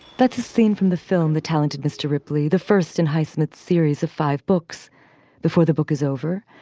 that's a scene from the film the talented mr. ripley, the first in highsmith's series of five books before the book is over.